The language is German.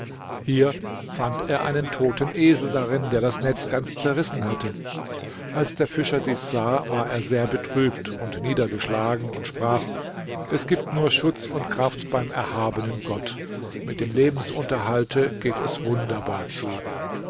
hier fand er einen toten esel darin der das netz ganz zerrissen hatte als der fischer dies sah war er sehr betrübt und niedergeschlagen und sprach es gibt nur schutz und kraft beim erhabenen gott mit dem lebensunterhalte geht es wunderbar zu